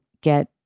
get